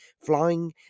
flying